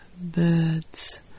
birds